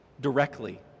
Directly